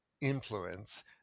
influence